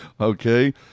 okay